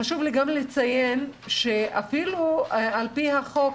חשוב לי לציין שאפילו על פי החוק,